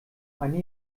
eine